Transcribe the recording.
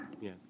Yes